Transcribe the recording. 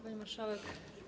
Pani Marszałek!